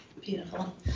beautiful